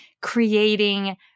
creating